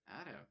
Adam